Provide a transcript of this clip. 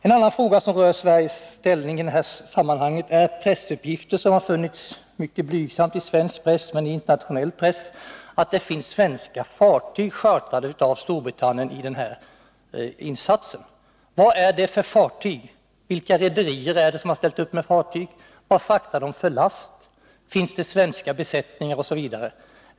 En annan fråga som rör Sveriges ställning i detta sammanhang är pressuppgifter som förekommit mycket blygsamt i svensk press men desto mer i internationell press, att det finns svenska fartyg chartrade av Storbritannien i den här insatsen. Vad är det för faryg? Vilka rederier är det som ställt upp med fartygen? Vad fraktar de för last? Finns det svenska besättningar, osv.?